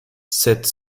sept